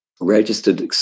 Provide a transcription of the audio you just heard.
registered